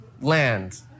land